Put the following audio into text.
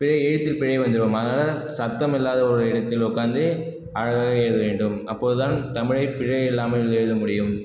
பிழை எழுத்துப்பிழை வந்துரும் அதனால் சத்தம் இல்லாத ஒரு இடத்தில் உட்காந்து அழகாக எழுத வேண்டும் அப்போது தான் தமிழை பிழை இல்லாமல் எழுத முடியும்